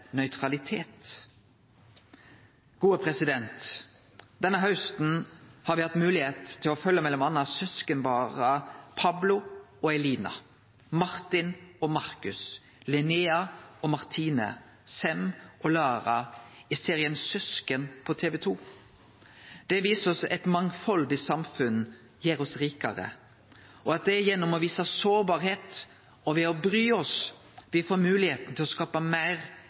nøytralitet. Denne hausten har me hatt høve til å følgje mellom andre søskenpara Pablo og Elina, Martin og Markus, Linnea og Martine, Sem og Lara i serien «Søsken» på TV 2. Serien viser oss at eit mangfaldig samfunn gjer oss rikare, og at det er gjennom å vise sårbarheit og ved å bry oss me får høve til å skape eit meir